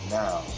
now